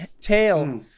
tail